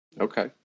Okay